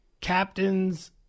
captains